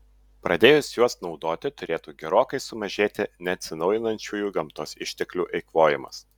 pradėjus juos naudoti turėtų gerokai sumažėti neatsinaujinančiųjų gamtos išteklių eikvojimas